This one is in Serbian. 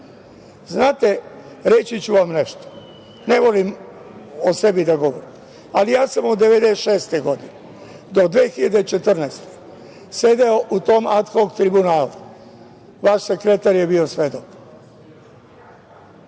reći ću vam nešto. Ne volim o sebi da govorim, ali ja sam od 1996. godine do 2014. godine sedeo u tom ad hok Tribunalu, vaš sekretar je bio svedok.